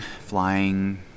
flying